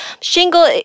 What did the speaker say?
Shingle